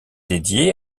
dédiée